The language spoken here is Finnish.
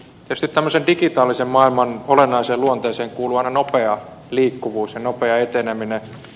tietysti tämmöisen digitaalisen maailman olennaiseen luonteeseen kuuluu aina nopea liikkuvuus ja nopea eteneminen